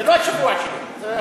זה לא השבוע שלי.